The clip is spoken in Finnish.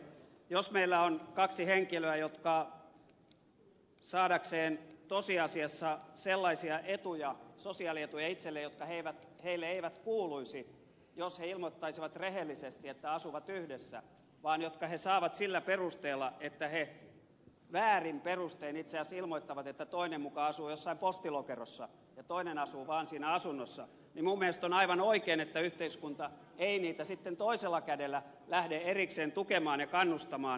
jos meillä on kaksi henkilöä jotka saavat tosiasiassa sellaisia sosiaalietuja itselleen jotka eivät heille kuuluisi jos he ilmoittaisivat rehellisesti että asuvat yhdessä vaan jotka he saavat sillä perusteella että he itse asiassa väärin perustein ilmoittavat että toinen muka asuu jossain postilokerossa ja toinen asuu vaan siinä asunnossa niin minun mielestäni on aivan oikein että yhteiskunta ei heitä sitten toisella kädellä lähde erikseen tukemaan ja kannustamaan